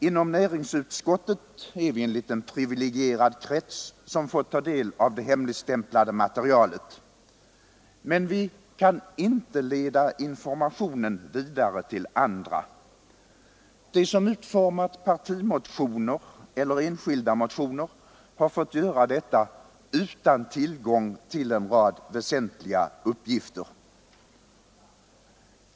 Inom näringsutskottet är vi en liten privilegierad krets, som fått ta del av det hemligstämplade materialet. Men vi kan inte leda informationen vidare till andra. De som utformat partimotioner eller enskilda motioner har fått göra detta utan tillgång till en rad väsentliga uppgifter.